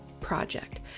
project